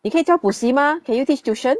你可以教补习吗 can you teach tuition